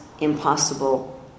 impossible